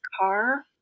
car